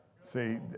See